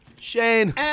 Shane